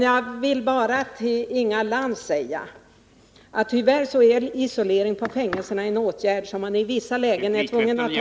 Jag vill bara till Inga Lantz säga att tyvärr är isolering på fängelserna en åtgärd som man i vissa lägen är tvungen att ta.